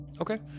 Okay